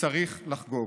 וצריך לחגוג.